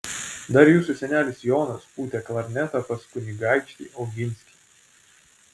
dar jūsų senelis jonas pūtė klarnetą pas kunigaikštį oginskį